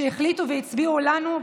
שהצביעו לנו.